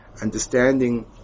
understanding